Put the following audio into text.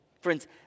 Friends